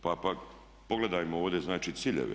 Pa pogledajmo ovdje znači ciljeve.